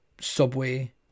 subway